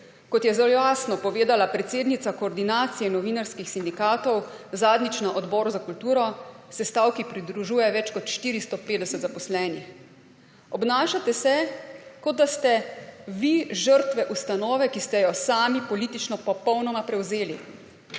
Kot je zelo jasno povedala predsednica Koordinacije novinarskih sindikatov zadnjič na odboru za kulturo, se stavki pridružuje več kot 450 zaposlenih. Obnašate se, kot da ste vi žrtve ustanove, ki ste jo sami politično popolnoma prevzeli.